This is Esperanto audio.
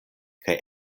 kaj